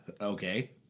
okay